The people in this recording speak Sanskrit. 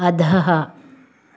अधः